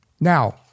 Now